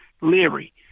Leary